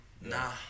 Nah